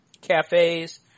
cafes